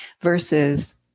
versus